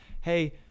hey